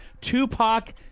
Tupac